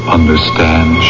understand